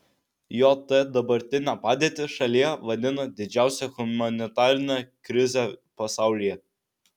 jt dabartinę padėtį šalyje vadina didžiausia humanitarine krize pasaulyje